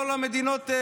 כל המדינות,